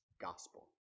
gospel